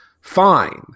Fine